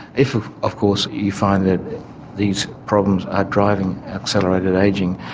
if of course you find that these problems are driving accelerated ageing,